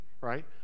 right